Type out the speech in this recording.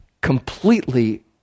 completely